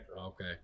Okay